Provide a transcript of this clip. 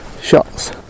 Shots